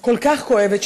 כל כך כואבת,